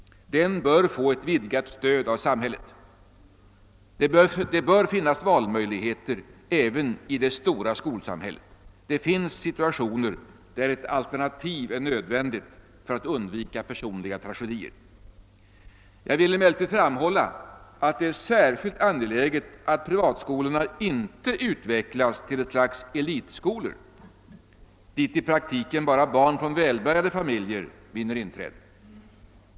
Den bör få ett vidgat stöd av samhället. Det bör finnas valmöjligheter även i det stora skolsamhället. Det finns situationer där ett alternativ är nödvändigt för att undvika personliga tragedier. Jag vill emellertid framhålla att det är särskilt angeläget att privatskolorna inte utvecklas till ett slags elitskolor där i praktiken bara barn från välbärgade familjer vinner inträde.